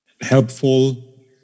helpful